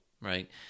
right